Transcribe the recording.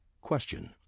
Question